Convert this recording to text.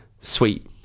sweet